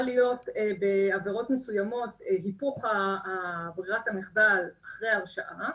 להיות בעבירות מסוימות היפוך ברירת המחדל אחרי הרשעה.